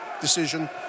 decision